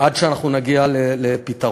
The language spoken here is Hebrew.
עד שאנחנו נגיע לפתרון.